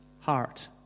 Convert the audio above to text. heart